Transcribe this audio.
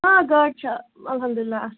آ گاڈٕ چھِ الحمدُاللہ اَصٕل